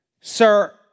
sir